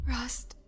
Rust